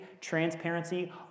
transparency